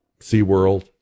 SeaWorld